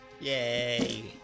Yay